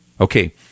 Okay